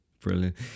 brilliant